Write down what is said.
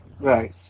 Right